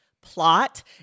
plot